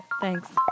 Thanks